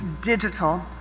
digital